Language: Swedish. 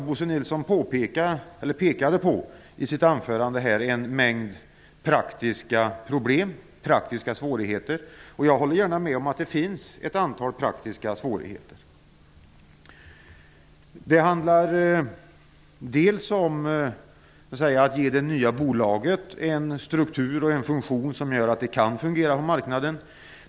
Bo Nilsson pekade på en mängd praktiska problem och svårigheter. Jag håller gärna med om att det finns ett antal praktiska svårigheter. Det handlar dels om att ge det nya bolaget en struktur och funktion som gör att det kan fungera på marknaden.